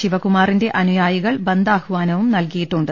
ശിവകു മാറിന്റെ അനുയായികൾ ബന്ദാഹ്വനവും നൽകിയിട്ടുണ്ട്